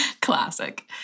Classic